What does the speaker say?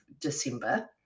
December